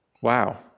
Wow